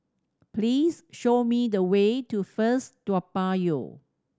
please show me the way to First Toa Payoh